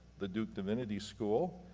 the duke divinity school,